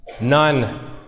None